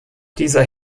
dieser